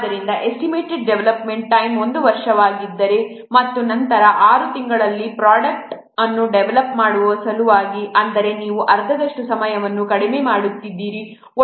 ಆದ್ದರಿಂದ estimated development time 1 ವರ್ಷವಾಗಿದ್ದರೆ ಮತ್ತು ನಂತರ 6 ತಿಂಗಳುಗಳಲ್ಲಿ ಪ್ರೊಡಕ್ಟ್ ಅನ್ನು ಡೆವಲಪ್ ಮಾಡುವ ಸಲುವಾಗಿ ಅಂದರೆ ನೀವು ಅರ್ಧದಷ್ಟು ಸಮಯವನ್ನು ಕಡಿಮೆ ಮಾಡುತ್ತಿದ್ದೀರಿ